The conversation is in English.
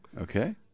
Okay